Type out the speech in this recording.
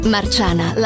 Marciana